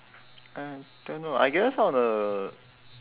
I don't know I guess on a